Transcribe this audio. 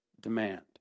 demand